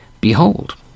Behold